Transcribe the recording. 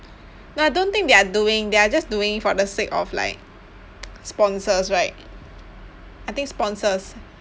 no I don't think they are doing they are just doing for the sake of like sponsors right I think sponsors